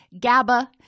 GABA